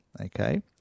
okay